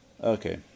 Okay